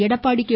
Edappadi K